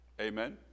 Amen